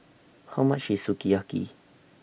How much IS Sukiyaki